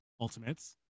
Ultimates